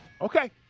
Okay